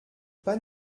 pas